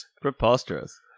Preposterous